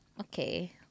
Okay